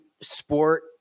sport